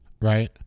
right